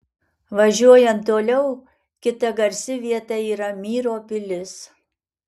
važiuojant toliau kita garsi vieta yra myro pilis